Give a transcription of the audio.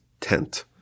tent